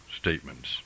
statements